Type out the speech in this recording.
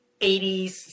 80s